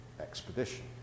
expedition